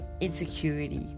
insecurity